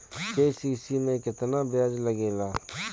KCC में केतना ब्याज लगेला?